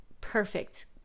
perfect